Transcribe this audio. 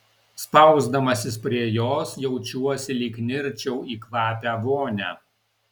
spausdamasis prie jos jaučiuosi lyg nirčiau į kvapią vonią